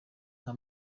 nta